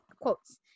quotes